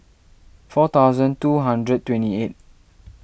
four thousand two hundred twenty eight